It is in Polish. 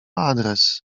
adres